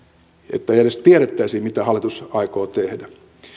että edes tiedettäisiin mitä hallitus aikoo tehdä